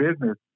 business